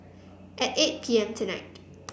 at eight P M tonight